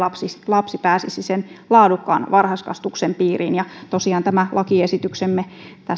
lapsi pääsisi laadukkaan varhaiskasvatuksen piiriin ja tosiaan tämä lakiesityksemme